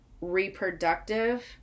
reproductive